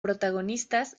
protagonistas